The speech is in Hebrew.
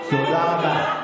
דחו ודחו, תודה רבה.